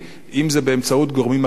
אם באמצעות גורמים אחרים.